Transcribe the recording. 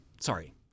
Sorry